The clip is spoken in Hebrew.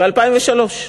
ב-2003.